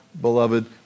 beloved